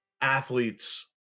athletes –